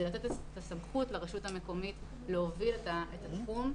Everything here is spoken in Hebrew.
זה לתת את הסמכות לרשות המקומית להוביל את התחום,